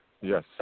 Yes